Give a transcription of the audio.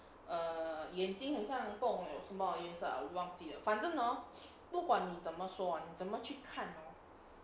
err 眼睛很像不懂什么颜色忘记了反正 hor 不管你怎么说 hor 怎么去看 hor